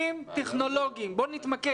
לא,